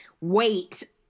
wait